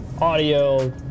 audio